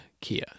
Kia